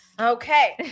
Okay